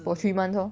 for three months lor